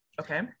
okay